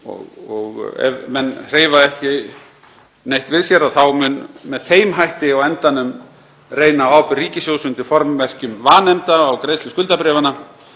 Og ef menn hreyfa ekki neitt við sér þá mun með þeim hætti á endanum reyna á ábyrgð ríkissjóðs undir formerkjum vanefnda á greiðslu skuldabréfanna,